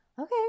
okay